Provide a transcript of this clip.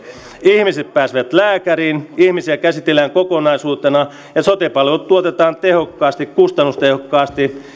ihmiset pääsevät lääkäriin ihmisiä käsitellään kokonaisuutena ja sote palvelut tuotetaan kustannustehokkaasti